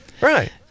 Right